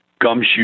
gumshoe